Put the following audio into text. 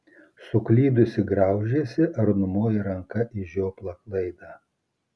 suklydusi graužiesi ar numoji ranka į žioplą klaidą